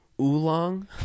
oolong